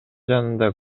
жанында